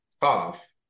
tough